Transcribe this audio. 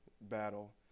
battle